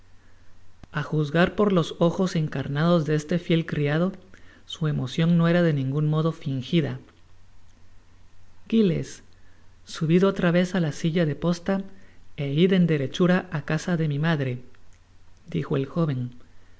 a juzgar por los ojos encarnados de este fiel criado su emocion no era de ningun modo fínjida giles subid otra vez á la silla de posta é id en derechura á casa mi madre dijo el joven yo